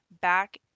back